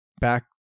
back